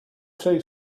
say